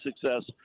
success